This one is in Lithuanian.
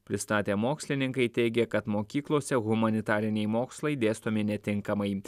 pristatę mokslininkai teigia kad mokyklose humanitariniai mokslai dėstomi netinkamai